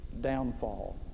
downfall